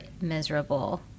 miserable